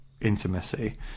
intimacy